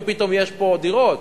ופתאום יש פה דירות,